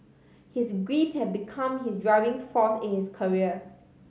his grief had become his driving force in his career